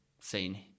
seen